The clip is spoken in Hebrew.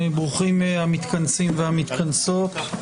ברוכים המתכנסים והמתכנסות,